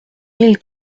mille